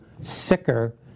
sicker